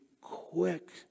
quick